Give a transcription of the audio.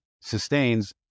sustains